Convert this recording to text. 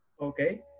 okay